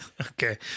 okay